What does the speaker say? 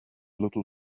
little